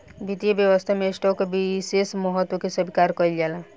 वित्तीय व्यवस्था में स्टॉक के विशेष महत्व के स्वीकार कईल जाला